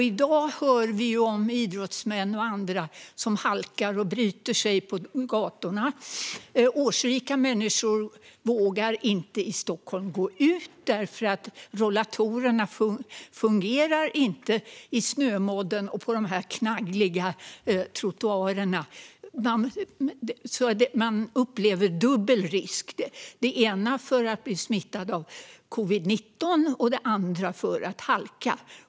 I dag hör vi om idrottsmän och andra som halkar och bryter sig på gatorna. Årsrika människor vågar inte gå ut i Stockholm därför att rullatorerna inte fungerar i snömodden och på de knaggliga trottoarerna. De upplever dubbel risk - dels för att bli smittad av covid-19, dels för att halka.